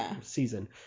season